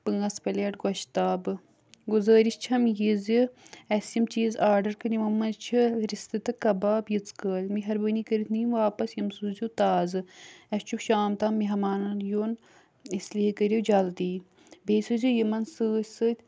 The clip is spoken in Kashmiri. پانٛژھ پَلیٹ گوشتابہٕ گُزٲرِش چھم یہِ زِ اَسہِ یِم زَن چیٖز آرڈر کٔرۍ یِمو منٛز چھِ رِستہٕ تہٕ کَباب یٔژکٲلۍ مہربٲنی کٔرِتھ نیو واپَس یِم سوٗزِو تازٕ اَسہِ چھُ شام تام مہمانن یُن اس لیے کٔرِو جلدی بیٚیہِ سوٗزِو یِمن سۭتۍ سۭتۍ